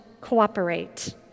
cooperate